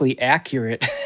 accurate